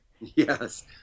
Yes